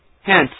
Hence